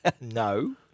No